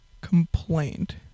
complained